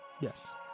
Yes